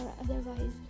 otherwise